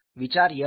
विचार यह है